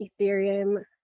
Ethereum